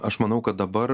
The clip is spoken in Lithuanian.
aš manau kad dabar